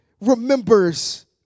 remembers